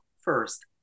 first